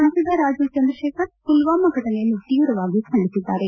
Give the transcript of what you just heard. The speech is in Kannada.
ಸಂಸದ ರಾಜೀವ್ ಚಂದ್ರಶೇಖರ್ ಮಲ್ವಾಮಾ ಘಟನೆಯನ್ನು ತೀವ್ರವಾಗಿ ಖಂಡಿಸಿದ್ದಾರೆ